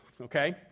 okay